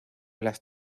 las